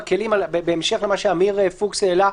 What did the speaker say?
בהמשך למה שעמיר פוקס העלה,